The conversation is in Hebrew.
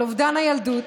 על אובדן הילדות,